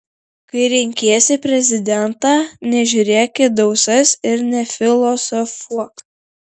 kai renkiesi prezidentą nežiūrėk į dausas ir nefilosofuok